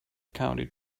county